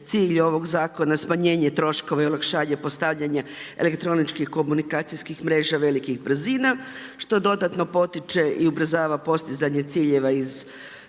cilj ovog zakona smanjenje troškova i olakšanje postavljanja elektroničkih komunikacijskih mreža velikih brzina, što dodatno potiče i ubrzavanje ciljeva iz